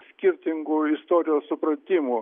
skirtingų istorijos supratimų